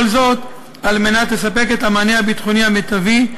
כל זאת על מנת לספק את המענה הביטחוני המיטבי,